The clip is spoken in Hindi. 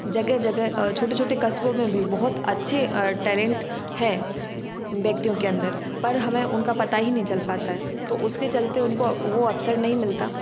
जगह जगह और छोटे छोटे कस्बों में भी बहुत अच्छे टैलेंट है व्यक्तियों के अंदर पर हमें उनका पता ही नहीं चल पाता तो उसके चलते उनको वो अवसर नहीं मिलता